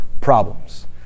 problems